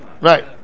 Right